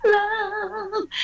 love